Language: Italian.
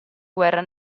guerra